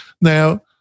Now